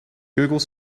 google